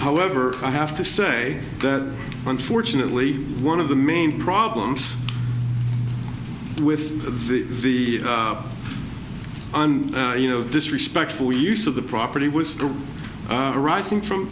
however i have to say that unfortunately one of the main problems with the un you know disrespectful use of the property was arising from